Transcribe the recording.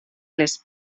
les